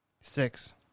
six